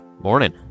Morning